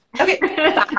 okay